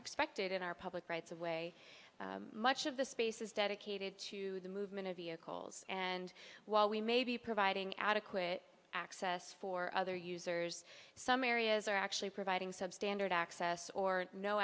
expected in our public rights of way much of the space is dedicated to the movement of vehicles and while we may be providing adequate access for other users some areas are actually providing substandard access or no